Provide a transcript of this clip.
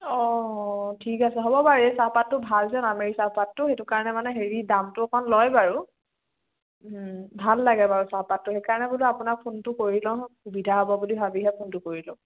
অঁ ঠিক আছে হ'ব বাৰু এই চাহপাতটো ভাল যে নামেৰি চাহপাতটো সেইটো কাৰণে মানে হেৰি দামটো অকণ লয় বাৰু ভাল লাগে বাৰু চাহপাতটো সেই কাৰণে বোলো আপোনাক ফোনটো কৰি লওঁ সুবিধা হ'ব বুলি ভাবিহে ফোনটো কৰিলোঁ